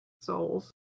souls